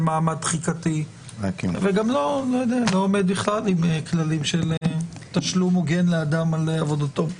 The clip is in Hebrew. מעמד תחיקתי ובכלל לא עומד בכללים של תשלום הוגן לאדם על עבודתו.